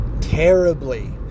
terribly